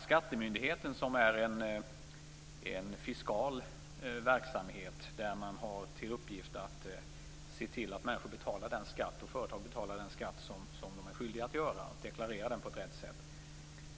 Skattemyndigheten är en fiskal verksamhet där man har till uppgift att se till att människor och företag betalar den skatt som de är skyldiga att göra och att de deklarerar den på rätt sätt.